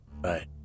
Right